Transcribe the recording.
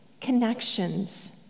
connections